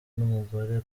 n’umugore